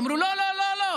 אמרו: לא, לא, לא.